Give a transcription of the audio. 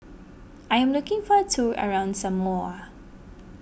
I am looking for a tour around Samoa